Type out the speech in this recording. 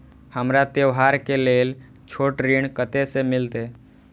हमरा त्योहार के लेल छोट ऋण कते से मिलते?